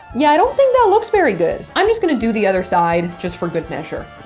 yeah. i don't think that looks very good i'm just gonna do the other side just for good measure.